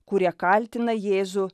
kurie kaltina jėzų